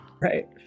Right